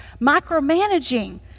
Micromanaging